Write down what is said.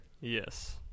Yes